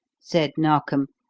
said narkom,